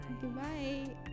goodbye